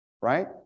right